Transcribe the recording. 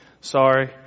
Sorry